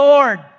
Lord